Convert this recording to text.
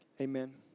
Amen